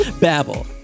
Babble